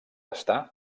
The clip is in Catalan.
estar